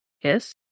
yes